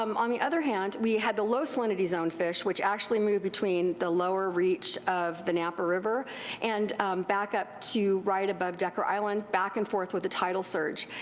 um on the other hand, we had the low salinity zone fish, which actually moved between the lower reach of the napa river and back up to right above decker island, back and forth with the tidal surge.